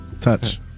Touch